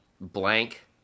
blank